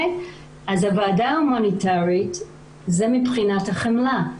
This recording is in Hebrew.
אז הוועדה ההומניטרית זה מבחינת החמלה.